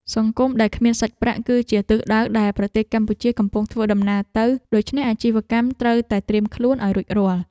សង្គមដែលគ្មានសាច់ប្រាក់ គឺជាទិសដៅដែលប្រទេសកម្ពុជាកំពុងធ្វើដំណើរទៅ ដូច្នេះអាជីវកម្មត្រូវតែត្រៀមខ្លួនឱ្យរួចរាល់។